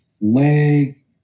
leg